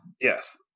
Yes